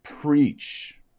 preach